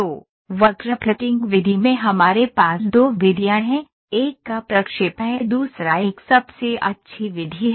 तो वक्र फिटिंग विधि में हमारे पास दो विधियाँ हैं एक का प्रक्षेप है दूसरा एक सबसे अच्छी विधि है